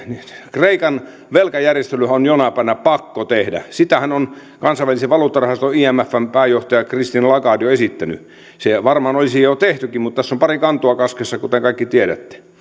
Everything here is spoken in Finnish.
kreikan velkajärjestelyhän on jonain päivänä pakko tehdä sitähän on kansainvälisen valuuttarahaston imfn pääjohtaja christine lagarde jo esittänyt se varmaan olisi jo tehtykin mutta tässä on pari kantoa kaskessa kuten kaikki tiedätte